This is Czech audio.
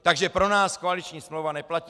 Takže pro nás koaliční smlouva neplatí.